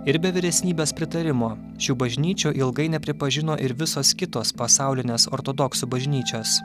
ir be vyresnybės pritarimo šių bažnyčių ilgai nepripažino ir visos kitos pasaulinės ortodoksų bažnyčios